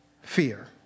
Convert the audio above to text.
Fear